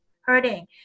hurting